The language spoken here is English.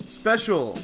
special